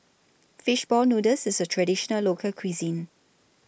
Fish Ball Noodles IS A Traditional Local Cuisine